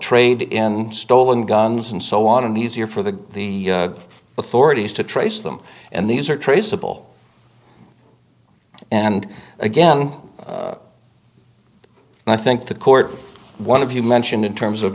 trade in stolen guns and so on and easier for the authorities to trace them and these are traceable and again i think the court one of you mentioned in terms of